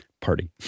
party